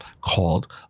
called